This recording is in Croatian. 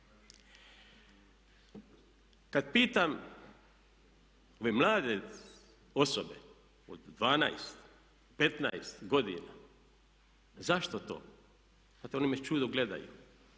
Kada pitam ove mlade osobe od 12, 15 godina zašto to, znate oni me u čudu gledaju,